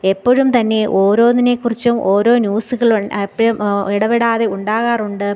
എപ്പോഴും തന്നെ ഓരോന്നിനെ കുറിച്ചും ഓരോ ന്യൂസുകൾ എപ്പോഴും ഇടപെടാതെ ഉണ്ടാകാറുണ്ട്